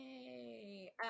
Yay